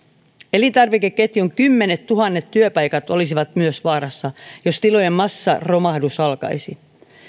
elintarvikeketjun kymmenettuhannet työpaikat olisivat myös vaarassa jos tilojen massaromahdus alkaisi